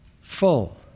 Full